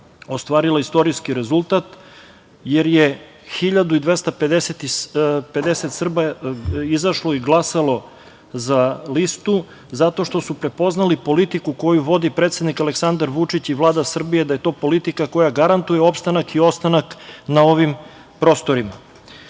ostvarila istorijski rezultat, jer je 1.250 Srba izašlo i glasalo za listu zato što su prepoznali politiku koju vodi predsednik Aleksandar Vučić i Vlada Srbije, da je to politika koja garantuje opstanak i ostanak na ovim prostorima. Ono